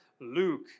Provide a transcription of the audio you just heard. Luke